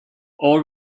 oil